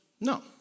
No